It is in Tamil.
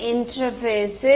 மாணவர் இன்டெர்பேஸில்